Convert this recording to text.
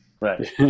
Right